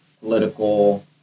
political